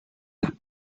las